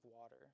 water